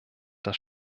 das